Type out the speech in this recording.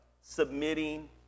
submitting